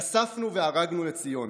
כספנו וערגנו לציון.